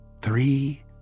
Three